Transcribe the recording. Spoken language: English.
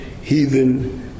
heathen